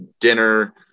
dinner